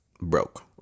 broke